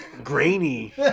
Grainy